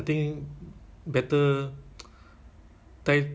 it's it's a bit ah pointless kan